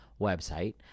website